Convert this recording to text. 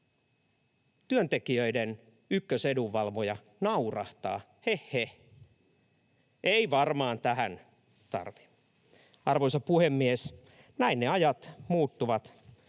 Työntekijöiden ykkösedunvalvoja naurahtaa, että hehheh, ei varmaan tähän tarvii. Arvoisa puhemies! Näin ne ajat muuttuvat